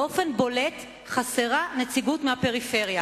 באופן בולט חסרה נציגות מהפריפריה.